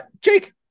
jake